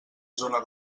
zona